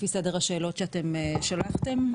השאלות שאתם שלחתם?